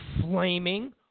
flaming